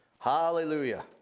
Hallelujah